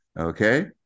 Okay